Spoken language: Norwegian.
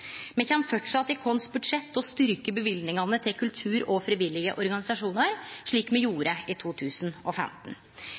Me kjem framleis i vårt budsjett til å styrkje løyvingane til kultur og frivillige organisasjonar, slik me